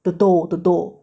the dough the dough